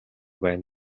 байна